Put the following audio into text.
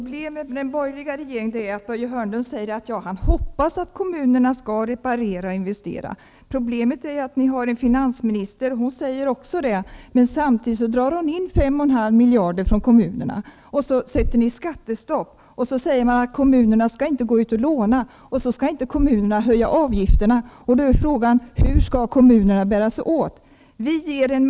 Herr talman! Börje Hörnlund säger att han hoppas att kommunerna skall reparera och investera. Problemet är att ni har en finansminister som också säger det. Men samtidigt drar hon in 5,5 miljarder kronor från kommunerna. Sedan inför ni skattestopp. Ni säger att kommunerna inte skall gå ut och låna och att kommunerna inte skall höja avgifterna. Då är frågan: Hur skall kommunerna bära sig åt?